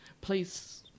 please